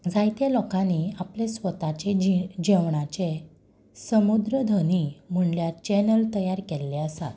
जायत्या लोकांनी आपले स्वताचे जि जेवणाचे समुद्र धनी म्हणल्यार चॅनल तयार केल्ले आसात